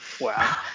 wow